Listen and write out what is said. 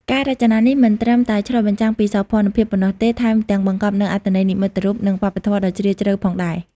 ការរចនានេះមិនត្រឹមតែឆ្លុះបញ្ចាំងពីសោភ័ណភាពប៉ុណ្ណោះទេ ថែមទាំងបង្កប់នូវអត្ថន័យនិមិត្តរូប និងវប្បធម៌ដ៏ជ្រាលជ្រៅផងដែរ។